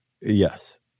Yes